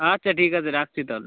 আচ্ছা ঠিক আছে রাখছি তাহলে